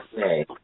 say